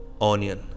onion